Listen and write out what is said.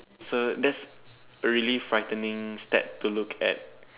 so that's really frightening Stat to look at